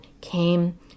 came